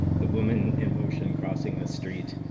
the woman in motion crossing the street,